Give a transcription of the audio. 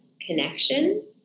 connection